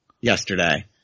yesterday